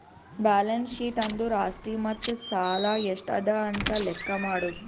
balance sheet ಅಂದುರ್ ಆಸ್ತಿ ಮತ್ತ ಸಾಲ ಎಷ್ಟ ಅದಾ ಅಂತ್ ಲೆಕ್ಕಾ ಮಾಡದು